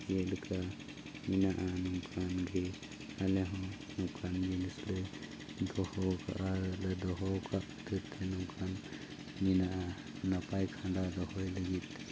ᱡᱮᱞᱮᱠᱟ ᱢᱮᱱᱟᱜᱼᱟ ᱱᱚᱝᱠᱟᱱ ᱜᱮ ᱟᱞᱮ ᱦᱚᱸ ᱱᱚᱝᱠᱟᱱ ᱡᱤᱱᱤᱥ ᱞᱮ ᱫᱚᱦᱚ ᱠᱟᱜᱼᱟ ᱫᱚᱦᱚ ᱠᱟᱜ ᱛᱮ ᱱᱚᱝᱠᱟᱱ ᱢᱮᱱᱟᱜᱼᱟ ᱱᱟᱯᱟᱭ ᱠᱷᱟᱰᱟᱣ ᱫᱚᱦᱚᱭ ᱞᱟᱹᱜᱤᱫ